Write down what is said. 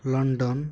London